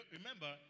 Remember